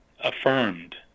affirmed